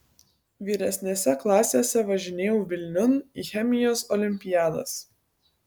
vyresnėse klasėse važinėjau vilniun į chemijos olimpiadas